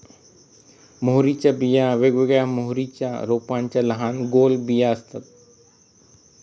मोहरीच्या बिया वेगवेगळ्या मोहरीच्या रोपांच्या लहान गोल बिया असतात